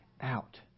out